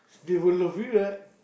they will love it right